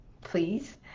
please